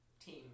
team